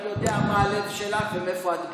אני יודע מה הלב שלך ומאיפה את באה,